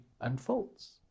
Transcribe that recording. unfolds